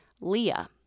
Leah